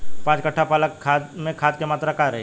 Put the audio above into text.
पाँच कट्ठा पालक में खाद के मात्रा का रही?